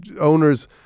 owners